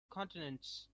continents